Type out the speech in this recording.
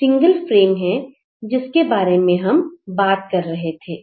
single frame है जिसके बारे में हम बात कर रहे थे